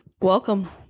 Welcome